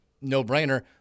No-brainer